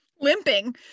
limping